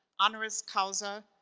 honoris causa,